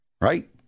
right